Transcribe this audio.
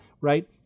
right